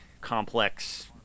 complex